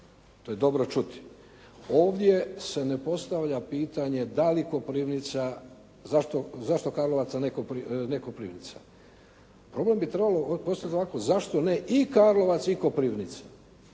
To je dobro čuti. Ovdje se ne postavlja pitanje da li Koprivnica, zašto Karlovac, a ne Koprivnica. Problem bi trebalo postaviti ovako. Zašto ne i Karlovac i Koprivnica.